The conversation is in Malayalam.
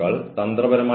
ആളുകൾക്ക് ദേഷ്യം വരും